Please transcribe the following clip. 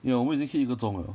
ya 我们已经 hit 一个钟 liao